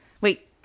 Wait